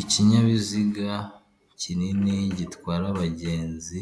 Ikinyabiziga kinini gitwara abagenzi